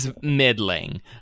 middling